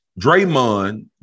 Draymond